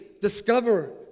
discover